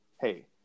hey